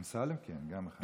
אמסלם, כן, גם אחד מהם.